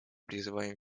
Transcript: призываем